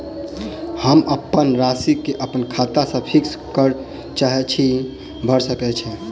हम अप्पन राशि केँ अप्पन खाता सँ फिक्स करऽ चाहै छी भऽ सकै छै?